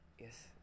Yes